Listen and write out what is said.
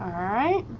alright